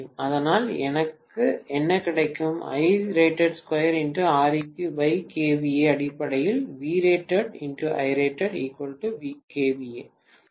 அதனால் எனக்கு என்ன கிடைக்கும் அடிப்படையில் Vrated xIrated kVA